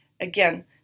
Again